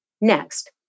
Next